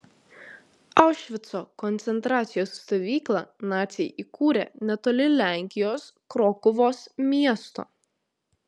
aušvico koncentracijos stovyklą naciai įkūrė netoli lenkijos krokuvos miesto